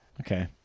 Okay